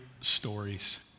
stories